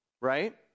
right